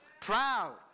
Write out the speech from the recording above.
proud